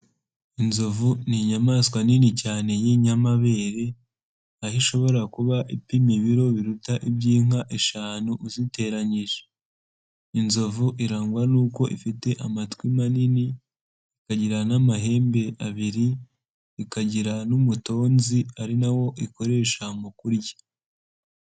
Inzovu ni inyamaswa nini cyane y'inyamabere aho ishobora kuba ipima ibiro biruta iby'inka eshanu uziteranyije. Inzovu irangwa n'uko ifite amatwi manini, ikagira n'amahembe abiri, ikagira n'umutonzi ari na wo ikoresha mu kurya.